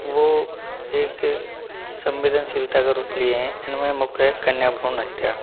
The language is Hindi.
वो एक संवेदनशीलता का रूप लिए हैं इनमे मुख्य है कन्या भ्रूण हत्या